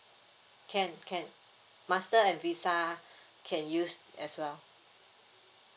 can can master and visa can use as well